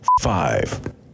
five